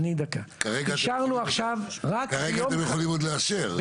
כרגע אתם יכולים עוד לאשר.